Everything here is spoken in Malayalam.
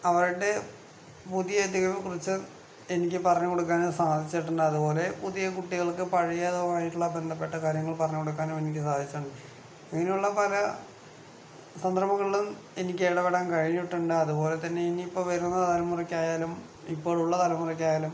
അവരുടെ പുതിയ എന്തെങ്കിലും കുറിച്ച് എനിക്ക് പറഞ്ഞ് കൊടുക്കാനും സാധിച്ചിട്ടുണ്ട് അതുപോലെ പുതിയ കുട്ടികൾക്ക് പഴയതുമായിട്ടുള്ള ബന്ധപ്പെട്ട കാര്യങ്ങൾ പറഞ്ഞ് കൊടുക്കാനും എനിക്ക് സാധിച്ചിട്ടുണ്ട് ഇങ്ങനെയുള്ള പല സന്ദർഭങ്ങളിലും എനിക്ക് ഇടപെടാൻ കഴിഞ്ഞിട്ടുണ്ട് അതുപോലെ തന്നെ ഇനി ഇപ്പോൾ വരുന്ന തലമുറക്കായാലും ഇപ്പോഴുള്ള തലമുറക്കായാലും